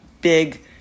big